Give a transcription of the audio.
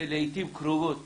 שלעיתים קרובות